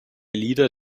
lieder